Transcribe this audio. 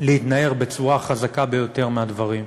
להתנער בצורה חזקה ביותר מהדברים.